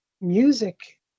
music